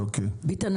ביטן,